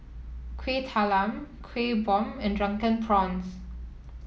Kuih Talam Kuih Bom and Drunken Prawns